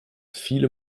viele